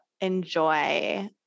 enjoy